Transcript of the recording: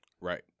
Right